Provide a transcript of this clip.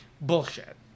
Bullshit